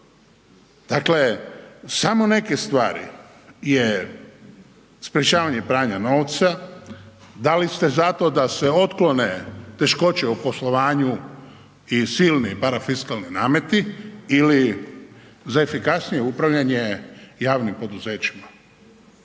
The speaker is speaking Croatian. Dakle, samo neke stvari je sprečavanje pranja novca, da li ste zato da se otklone teškoće u poslovanju i silni parafiskalni nameti ili za efikasnije upravljanje javnim poduzećima.